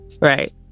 right